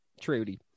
truly